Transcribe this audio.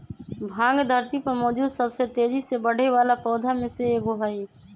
भांग धरती पर मौजूद सबसे तेजी से बढ़ेवाला पौधा में से एगो हई